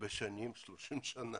צוחק כבר 30 שנים.